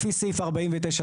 לפי סעיף 49(ז),